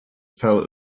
fell